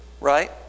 Right